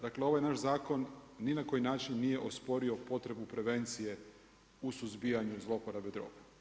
Dakle, ovaj naš zakon ni na koji način nije osporio potrebu prevencije u suzbijanju zloporabe droga.